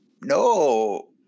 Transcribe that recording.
no